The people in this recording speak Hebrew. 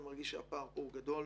אני מרגיש שהפער פה הוא גדול.